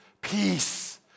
peace